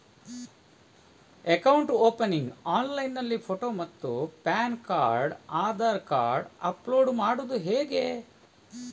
Account opening ಆನ್ಲೈನ್ನಲ್ಲಿ photo ಮತ್ತು PAN card Aadhaar card upload ಮಾಡುವುದು?